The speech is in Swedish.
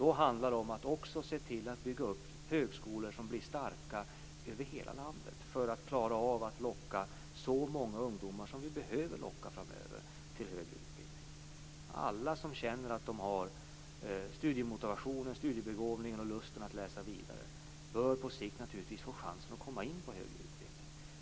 Då handlar det om att också se till att man bygger upp högskolor i hela landet som blir starka för att klara av att locka så många ungdomar som vi behöver locka framöver till högre utbildning. Alla som känner att de har studiemotivation, studiebegåvning och lusten att läsa vidare bör på sikt naturligtvis få chansen att komma in på högre utbildning.